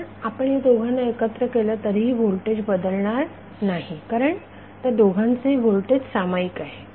जर आपण या दोघांना एकत्र केले तरीही व्होल्टेज बदलणार नाही कारण त्या दोघांचेही व्होल्टेज सामायिक आहे